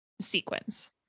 sequence